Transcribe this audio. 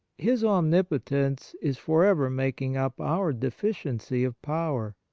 his omnipotence is for ever making up our deficiency of power.